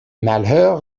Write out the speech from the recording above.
malheur